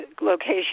location